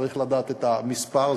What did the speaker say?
צריך לדעת את המספר.